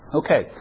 okay